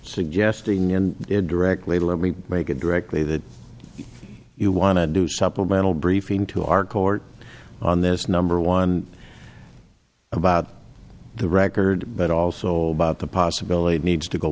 suggesting it directly or we make it directly that you want to do supplemental briefing to our court on this number one about the record but also about the possibility needs to go